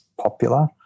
popular